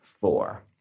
four